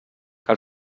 cal